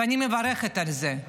ואני מברכת על זה.